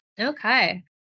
Okay